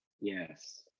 yes